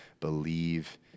believe